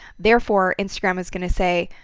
therefore instagram is going to say,